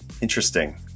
interesting